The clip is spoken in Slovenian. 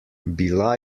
bila